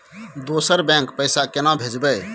दोसर बैंक पैसा केना भेजबै?